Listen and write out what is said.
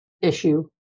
issue